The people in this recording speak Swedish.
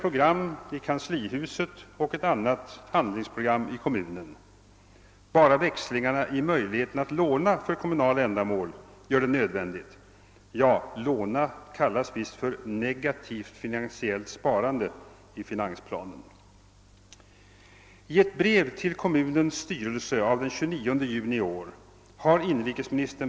Pengarna är inte öronmärkta, utan man använder de pengar man har i kassan och i fonder eller kan få i lån till det som skall betalas den dag räkningen kommer. I kölvattnet på denna av inrikesdepartementet iscensatta prognosoch programverksamhet har kommunerna nu att upprätta för hela riket likriktade ekonomiska långtidsplaner.